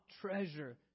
treasure